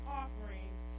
offerings